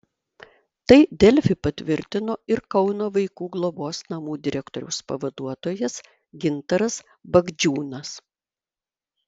tai delfi patvirtino ir kauno vaikų globos namų direktoriaus pavaduotojas gintaras bagdžiūnas